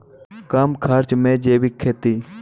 कम खर्च मे जैविक खेती?